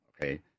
okay